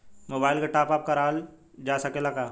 Mobile के top up कराइल जा सकेला का?